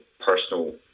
personal